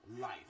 life